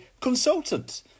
consultant